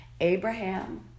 Abraham